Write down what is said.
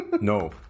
No